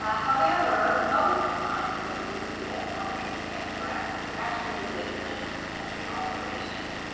ah however most times when you see this on an extant dress it's actually a later nineteenth century alteration.